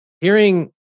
hearing